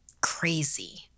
crazy